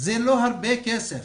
זה לא הרבה כסף.